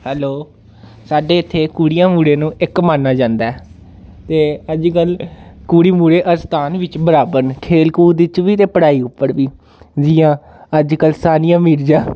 hello साड्डे इत्थैं कुड़ियां मुड़े नु इक मन्नेआ जंदा ऐ ते अज्जकल कुड़ी मुड़े हर स्थान बिच्च बराबर न खेलकूद च बी ते पढ़ाई उप्पर बी जियां अज्जकल सानिया मिर्जा